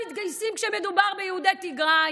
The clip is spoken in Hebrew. האם כולם מתגייסים כשמדובר ביהודי תיגראי?